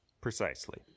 Precisely